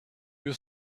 you